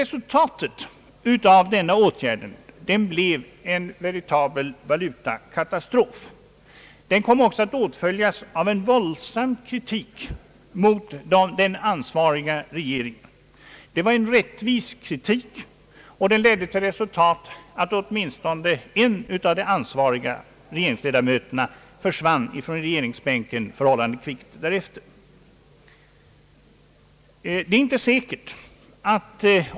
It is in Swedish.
Resultatet av denna åtgärd blev en veritabel valutakatastrof. Den blev också upphovet till en våldsam kritik av den ansvariga regeringen. Den kritiken var rättvis och ledde till att åtminstone en av de ansvariga regeringsledamöterna försvann från regeringsbänken förhållandevis kvickt.